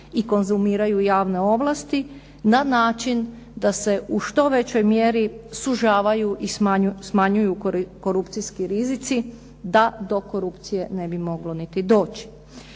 konzumiraju javne ovlasti na način da se u što većoj mjeri sužavaju i smanjuju korupcijski rizici da do korupcije ne bi moglo niti doći.